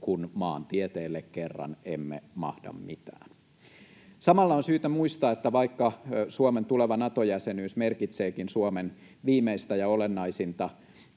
kun maantieteelle kerran emme mahda mitään. Samalla on syytä muistaa, että vaikka Suomen tuleva Nato-jäsenyys merkitseekin Suomen viimeistä ja olennaisinta